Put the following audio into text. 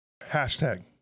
hashtag